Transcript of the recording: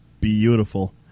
beautiful